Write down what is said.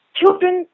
children